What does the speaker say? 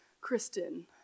Kristen